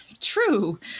True